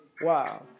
wow